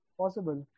possible